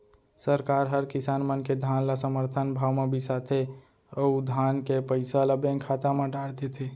सरकार हर किसान मन के धान ल समरथन भाव म बिसाथे अउ धान के पइसा ल बेंक खाता म डार देथे